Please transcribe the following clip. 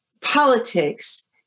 politics